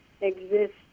exist